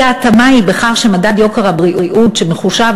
אי-ההתאמה היא בכך שמדד יוקר הבריאות שמחושב